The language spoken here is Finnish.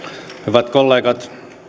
hyvät kollegat